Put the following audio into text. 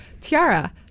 tiara